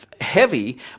heavy